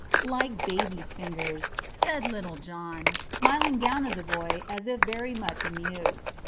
like babies' fingers, said little john, smiling down at the boy as if very much amused.